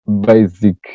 basic